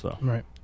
Right